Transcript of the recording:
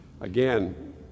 Again